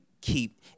Keep